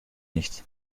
nicht